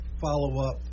follow-up